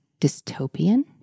Dystopian